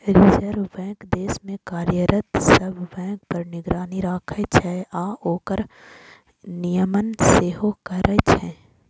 reserve bank देश मे कार्यरत सब बैंक पर निगरानी राखै छै आ ओकर नियमन सेहो करै छै